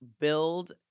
build